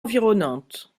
environnante